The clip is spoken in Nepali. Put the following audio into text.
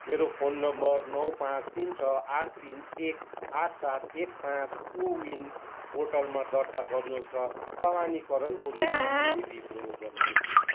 मेरो फोन नम्बर नौ पाँच तिन छ आठ तिन एक आठ सात एक पाँच कोविन पोर्टलमा दर्ता गर्नुहोस् र प्रमाणीकरणको रूपमा ओटिपी प्रयोग गर्नुहोस्